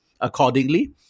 accordingly